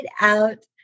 out